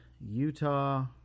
Utah